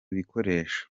bikoresho